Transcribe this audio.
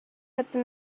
happy